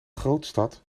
grootstad